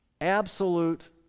absolute